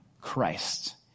Christ